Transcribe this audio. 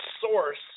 source